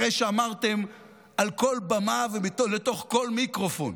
אחרי שאמרתם על כל במה ולתוך כל מיקרופון: